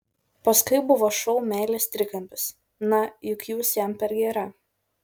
paskui buvo šou meilės trikampis na juk jūs jam per gera